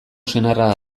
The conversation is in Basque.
senarra